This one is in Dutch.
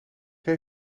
jij